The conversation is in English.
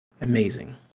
Amazing